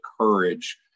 courage